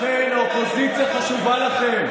לכן האופוזיציה חשובה לכם.